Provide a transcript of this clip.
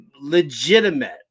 legitimate